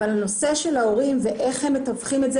אבל הנושא של ההורים ואיך הם מתווכים את זה